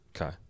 Okay